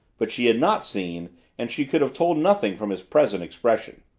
but she had not seen and she could have told nothing from his present expression.